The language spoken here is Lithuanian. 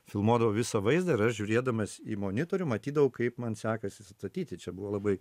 filmuodavo visą vaizdą ir aš žiūrėdamas į monitorių matydavau kaip man sekasi statyti čia buvo labai